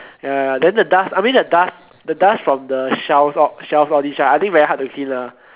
ya then the dust I mean the dust the dust from the shelves all shelves all these right I think very hard to clean lah